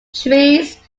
trees